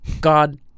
God